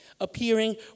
appearing